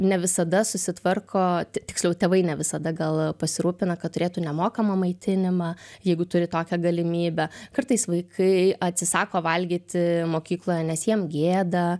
ne visada susitvarko tiksliau tėvai ne visada gal pasirūpina kad turėtų nemokamą maitinimą jeigu turi tokią galimybę kartais vaikai atsisako valgyti mokykloje nes jiem gėda